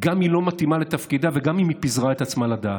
גם אם היא לא מתאימה לתפקידה וגם אם היא פיזרה את עצמה לדעת.